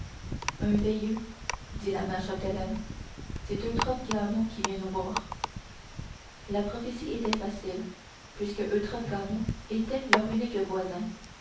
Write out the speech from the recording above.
un veineux dit la mère chapdelaine c'est eutrope gagnon qui vient nous voir la prophétie était facile puisque eutrope gagnon était leur unique voisin